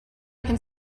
could